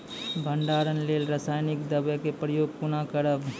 भंडारणक लेल रासायनिक दवेक प्रयोग कुना करव?